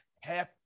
half